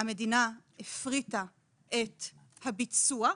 המדינה הפריטה את הביצוע,